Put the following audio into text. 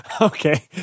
Okay